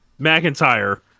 McIntyre